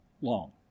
Long